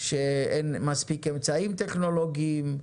שאין מספיק אמצעים טכנולוגיים,